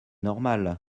normal